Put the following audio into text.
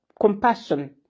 compassion